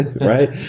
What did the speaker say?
right